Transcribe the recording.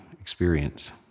experience